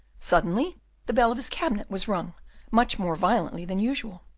suddenly the bell of his cabinet was rung much more violently than usual.